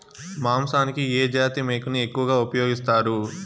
మాంసానికి ఏ జాతి మేకను ఎక్కువగా ఉపయోగిస్తారు?